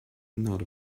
not